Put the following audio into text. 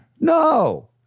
no